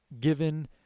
given